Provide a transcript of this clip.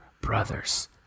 brothers